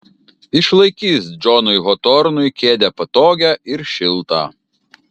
išlaikys džonui hotornui kėdę patogią ir šiltą